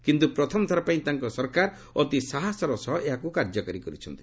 କିନ୍ତୁ ପ୍ରଥମଥର ପାଇଁ ତାଙ୍କ ସରକାର ଅତି ସାହସର ସହ ଏହାକୁ କାର୍ଯ୍ୟକାରୀ କରିଛନ୍ତି